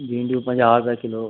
भिंडियूं पंजाहु रुपिए किलो